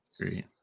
Great